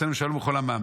ונעשה להם שלום ולכל עמם.